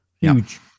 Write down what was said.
Huge